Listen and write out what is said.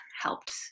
helped